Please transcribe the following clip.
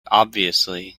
obviously